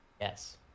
Yes